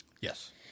Yes